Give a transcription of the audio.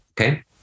okay